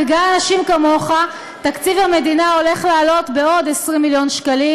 בגלל אנשים כמוך תקציב המדינה הולך לעלות בעוד 20 מיליון שקלים,